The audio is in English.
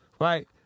right